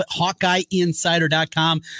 hawkeyeinsider.com